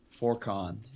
Forcon